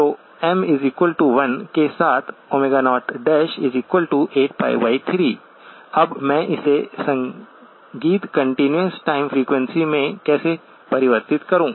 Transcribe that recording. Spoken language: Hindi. तो m 1 के साथ 08π3 अब मैं इसे संगत कंटीन्यूअस टाइम फ़्रीक्वेंसी में कैसे परिवर्तित करूं